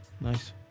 Nice